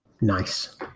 nice